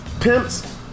Pimps